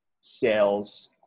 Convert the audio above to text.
sales